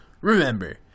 Remember